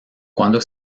cuando